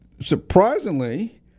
surprisingly